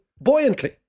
buoyantly